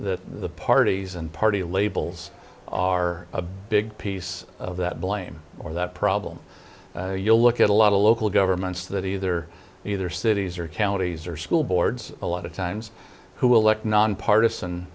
parties and party labels are a big piece of that blame or that problem you look at a lot of local governments that either either cities or counties or school boards a lot of times who will look nonpartisan